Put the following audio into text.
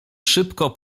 szybko